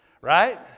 Right